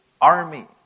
army